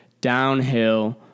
downhill